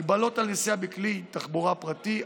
הגבלות על נסיעה בכלי תחבורה פרטי,